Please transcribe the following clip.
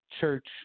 church